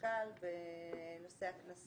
משכל ונושא הקנסות.